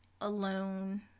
alone